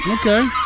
Okay